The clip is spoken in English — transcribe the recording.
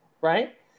right